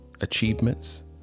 achievements